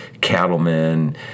cattlemen